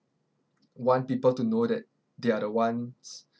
want people to know that they are the ones